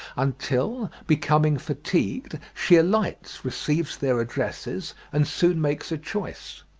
until, becoming fatigued, she alights, receives their addresses, and soon makes a choice.